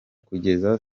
kugeza